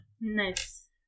Nice